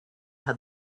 had